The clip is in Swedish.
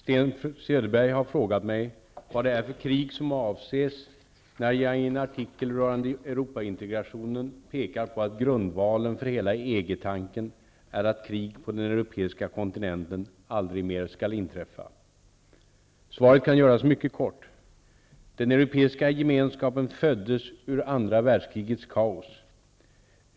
Herr talman! Sten Söderberg har frågat mig vad det är för krig som avses när jag i en artikel rörande Europaintegrationen pekar på att grundvalen för hela EG-tanken är att krig på den europeiska kontinenten aldrig mer skall inträffa. Svaret kan göras mycket kort. Den europeiska gemenskapen föddes ur andra världskrigets kaos.